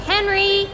Henry